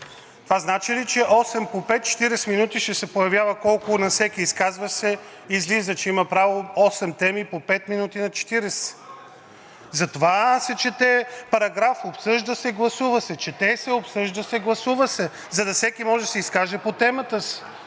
Това значи ли, че осем по пет – 40 минути, ще се появява, колко? На всеки изказващ се излиза, че има право, осем теми по пет минути – на 40. Затова се чете параграф, обсъжда се, гласува се. Чете се, обсъжда се, гласува се. За да може всеки да се изкаже по темата и